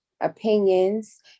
opinions